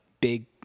big